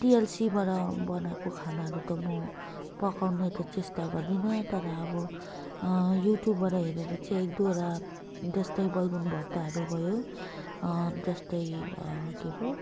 टिएलसीबाट बनाएको खानाहरू त म पकाउने त चेष्टा गर्दिनँ तर अब युट्युबबाट हेरेर चाहिँ एकदुईवटा जस्तै बैगुन भर्ताहरू भयो जस्तै के पो